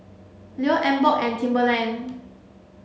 Leo Emborg and Timberland